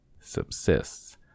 subsists